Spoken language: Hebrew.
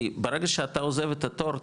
כי ברגע שאתה עוזב את התור,